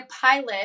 pilot